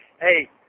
Hey